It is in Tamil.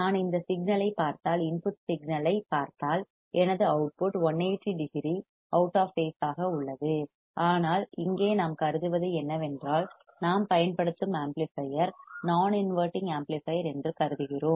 நான் இந்த சிக்னல் ஐப் பார்த்தால் இன்புட் சிக்னல் ஐப் பார்த்தால் எனது output 180 degree out of phase ஆக உள்ளது ஆனால் இங்கே நாம் கருதுவது என்னவென்றால் நாம் பயன்படுத்தும் ஆம்ப்ளிபையர் நான் இன்வெர்ட்டிங் ஆம்ப்ளிபையர் என்று கருதுகிறோம்